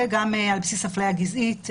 וגם על בסיס הפליה גזעית,